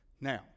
Now